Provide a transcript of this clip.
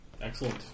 Excellent